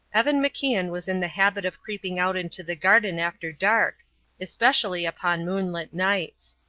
evan macian was in the habit of creeping out into the garden after dark especially upon moonlight nights.